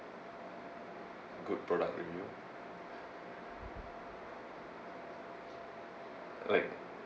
good product review like